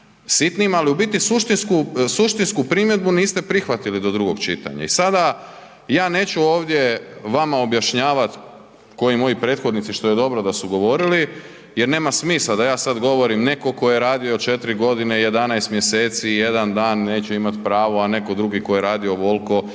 ali u biti suštinsku primjedbu niste prihvatili do drugog čitanja. I sada ja neću vama ovdje objašnjavat ko i moji prethodnici što je dobro što su govorili jer nema smisla da ja sada govorim, neko ko je radio 4 godine i 11 mjeseci i 1 dan neće imati pravo, a neko drugi ko je radio ovolko ili